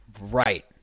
right